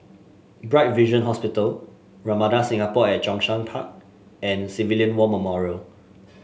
Bright Vision Hospital Ramada Singapore at Zhongshan Park and Civilian War Memorial